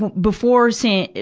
before seeing,